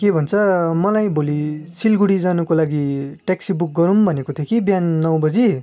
के भन्छ मलाई भोलि सिलगढी जानको लागि ट्याक्सी बुक गरौँ भनेको थिएँ कि बिहान नौ बजे